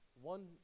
one